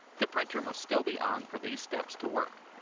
the printer must still be on for these steps to work.